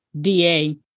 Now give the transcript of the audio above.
DA